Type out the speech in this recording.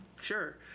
Sure